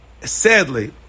sadly